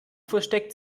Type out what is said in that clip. versteckt